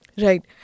Right